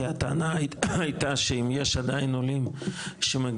כי הטענה הייתה שאם יש עדין עולים שמגיעים,